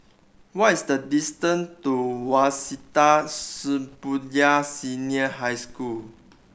what is the distance to Waseda Shibuya Senior High School